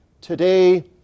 today